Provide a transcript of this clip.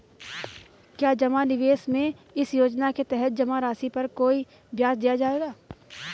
क्या जमा निवेश में इस योजना के तहत जमा राशि पर कोई ब्याज दिया जाएगा?